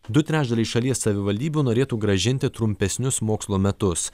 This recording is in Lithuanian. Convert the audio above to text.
du trečdaliai šalies savivaldybių norėtų grąžinti trumpesnius mokslo metus